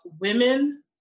women